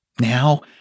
now